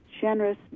generous